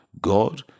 God